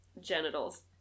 genitals